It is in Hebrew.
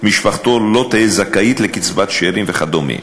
משפחתו לא תהא זכאית לקצבת שאירים וכדומה,